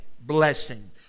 blessing